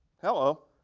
hello,